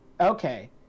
okay